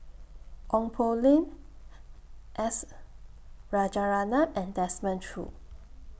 Ong Poh Lim S Rajaratnam and Desmond Choo